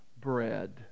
bread